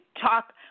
talk